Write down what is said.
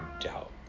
doubt